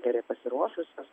gerai pasiruošusios